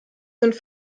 sind